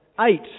eight